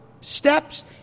steps